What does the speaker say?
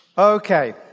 Okay